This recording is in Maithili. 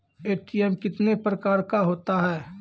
ए.टी.एम कितने प्रकार का होता हैं?